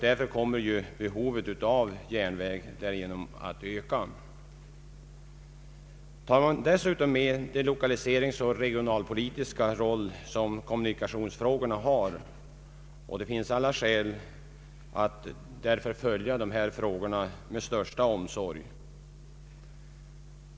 Därför kommer behovet av järnväg att öka. Dessutom bör man ta hänsyn till kommunikationsfrågornas lokaliseringspolitiska och regionalpolitiska roll. Det finns alltså skäl att följa dessa frågor med största omsorg.